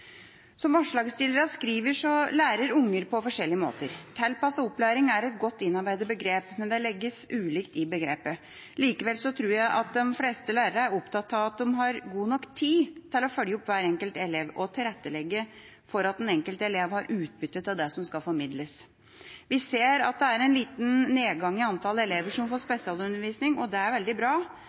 Som forslagsstillerne skriver, lærer unger på forskjellige måter. Tilpasset opplæring er et godt innarbeidet begrep, men det legges ulike ting i begrepet. Likevel tror jeg at de fleste lærere er opptatt av å ha god nok tid til å følge opp hver enkelt elev og tilrettelegge for at den enkelte elev har utbytte av det som skal formidles. Vi ser at det er en liten nedgang i antall elever som får spesialundervisning, og det er veldig bra